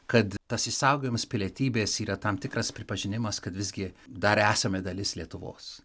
kad tas išsaugojimas pilietybės yra tam tikras pripažinimas kad visgi dar esame dalis lietuvos